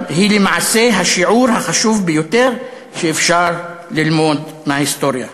היא למעשה השיעור החשוב ביותר שאפשר ללמוד מההיסטוריה.